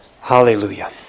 hallelujah